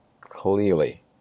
clearly